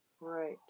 right